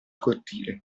cortile